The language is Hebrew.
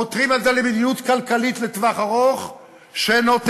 פותרים את זה במדיניות כלכלית לטווח ארוך שנותנת